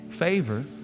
favor